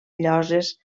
lloses